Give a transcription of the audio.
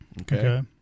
Okay